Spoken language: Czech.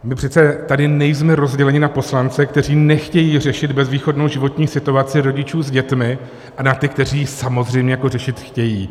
My přece tady nejsme rozděleni na poslance, kteří nechtějí řešit bezvýchodnou životní situaci rodičů s dětmi, a na ty, kteří ji samozřejmě řešit chtějí.